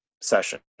session